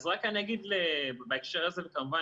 אז רק אגיד בהקשר הזה וכמובן,